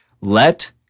let